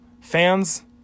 fans